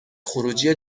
خروجی